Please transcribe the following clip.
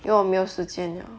因为我没有时间了